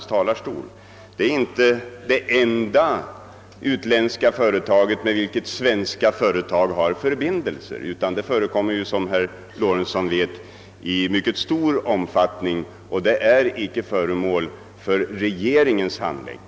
Thai International är inte det enda utländska företag, med vilket svenska bolag har förbindelser, utan det förekommer, som herr Lorentzon vet, i mycket stor omfattning sådant samarbete, som dock icke är föremål för regeringens handläggning.